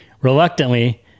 Reluctantly